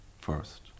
first